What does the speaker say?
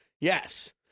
Yes